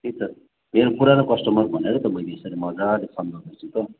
त्यही त मेरो पुरानो कस्टमर भनेर त मैले यसरी मज्जाले सम्झाउँदैछु त